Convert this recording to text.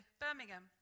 Birmingham